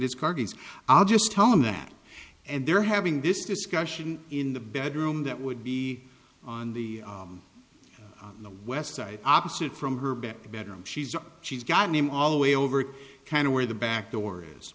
gets i'll just tell him that and they're having this discussion in the bedroom that would be on the on the west side opposite from her back bedroom she's she's gotten him all the way over kind of where the back door is